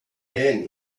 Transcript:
then